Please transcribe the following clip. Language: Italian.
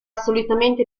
solitamente